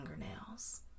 fingernails